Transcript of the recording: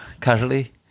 casually